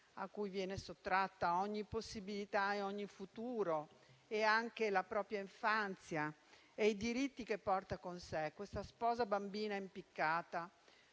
a cui vengono sottratti ogni possibilità, ogni futuro e anche la propria infanzia e i diritti che porta con sé. Questa sposa bambina è stata